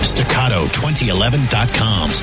Staccato2011.com